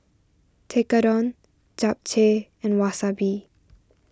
Tekkadon Japchae and Wasabi